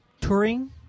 touring